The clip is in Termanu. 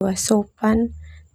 Sopan.